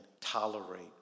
tolerate